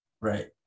Right